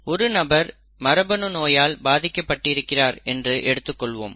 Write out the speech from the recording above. ஒரு நபர் மரபணு நோயால் பாதிக்கப்பட்டிருக்கிறார் என்று எடுத்துக்கொள்வோம்